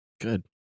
Good